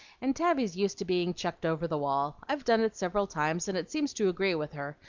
and tabby's used to being chucked over the wall. i've done it several times, and it seems to agree with her,